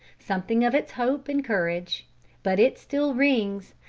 something of its hope and courage but it still rings,